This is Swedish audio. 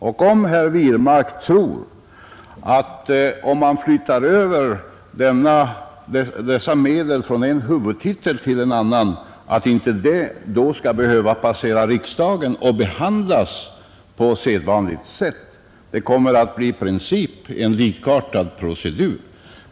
Och om herr Wirmark tror att ärendet inte skall behöva passera riksdagen och behandlas på sedvanligt sätt, ifall man flyttar över dessa medel från en huvudtitel till en annan, så vill jag säga att det i princip blir en likartad procedur.